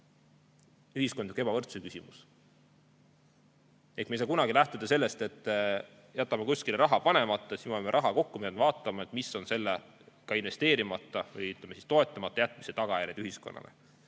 ühiskondliku ebavõrdsuse küsimus. Ehk me ei saa kunagi lähtuda sellest, et jätame kuskile raha panemata, siis hoiame raha kokku. Me peame vaatama, mis on ka investeerimata või toetamata jätmise tagajärjed ühiskonnale.